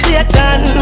Satan